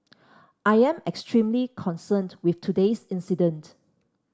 I am extremely concerned with today's incident